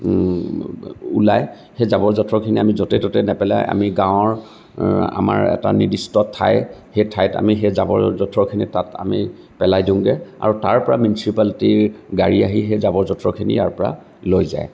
ওলাই সেই জাবৰ জোথৰখিনি আমি য'তে ত'তে নেপেলাই আমি আমাৰ গাঁৱৰ নিৰ্দিষ্ট এটা ঠাই সেই ঠাইত আমি সেই জাবৰ জোথৰখিনি আমি পেলাই দিওঁগৈ আৰু তাৰপৰা মিউনিচিপেলিটিৰ গাড়ী আহি সেই জাবৰ জোথৰখিনি ইয়াৰপৰা লৈ যায়